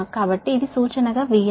కాబట్టి VR reference